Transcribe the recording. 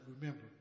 remember